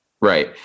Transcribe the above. Right